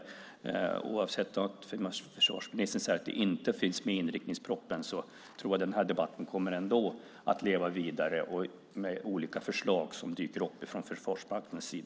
Trots att försvarsministern säger att detta inte finns med i inriktningspropositionen tror jag att den här debatten kommer att leva vidare med olika förslag som dyker upp från Försvarsmaktens sida.